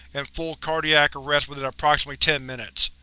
and full cardiac arrest within approximately ten minutes.